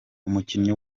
umukinnyi